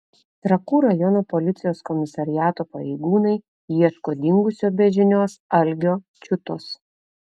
trakų rajono policijos komisariato pareigūnai ieško dingusio be žinios algio čiutos